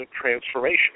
transformation